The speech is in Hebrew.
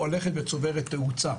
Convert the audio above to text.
הולכת וצוברת תאוצה.